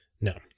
No